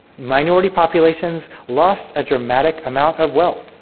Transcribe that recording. minority populations lost a dramatic amount of wealth.